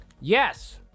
Yes